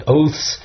oaths